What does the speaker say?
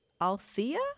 Althea